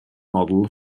model